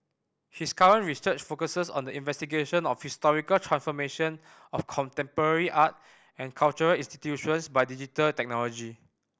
his current research focuses on the investigation of the historical transformation of contemporary art and cultural institutions by digital technology